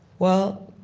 well,